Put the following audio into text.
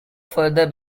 further